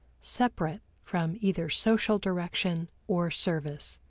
separate from either social direction or service.